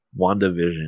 WandaVision